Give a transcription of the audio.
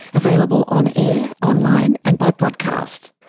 available on air, online and by podcast.